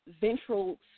ventral